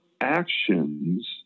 actions